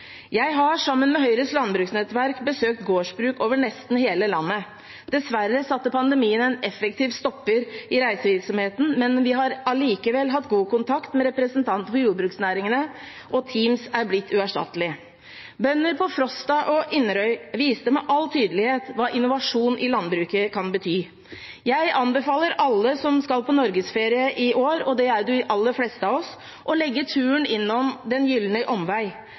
Jeg har, sammen med Høyres landbruksnettverk, besøkt gårdsbruk over nesten hele landet. Dessverre satte pandemien en effektiv stopper for reisevirksomheten, men vi har likevel hatt god kontakt med representanter fra jordbruksnæringene, og Teams er blitt uerstattelig. Bønder på Frosta og Inderøy viste med all tydelighet hva innovasjon i landbruket kan bety. Jeg anbefaler alle som skal på norgesferie i år – det er jo de aller fleste av oss – å legge turen innom Den Gyldne Omvei.